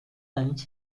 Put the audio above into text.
antes